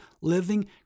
living